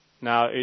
Now